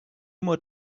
more